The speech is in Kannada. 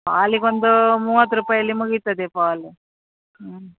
ಫಾಲಿಗೆ ಒಂದು ಮೂವತ್ತು ರೂಪಾಯಲ್ಲಿ ಮುಗಿತದೆ ಫಾಲ್ ಹ್ಞೂ